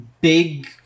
big